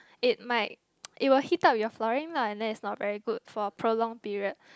it might it will heat up your flooring lah then is not very good for prolonged period